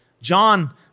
John